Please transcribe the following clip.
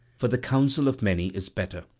for the counsel of many is better.